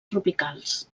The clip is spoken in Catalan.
tropicals